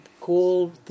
cool